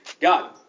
God